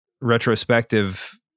retrospective